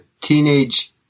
teenage